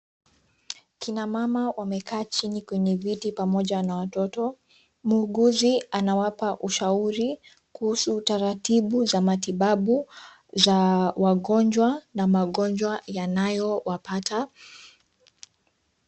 Kina mama wamekaa chini kwenye viti pamoja na watoto. Muuguzi anawapa ushauri kuhusu taratibu za matibabu za wagonjwa na magonjwa yanayowapata.